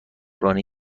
رانی